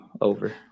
over